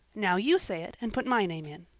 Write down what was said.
now you say it and put my name in.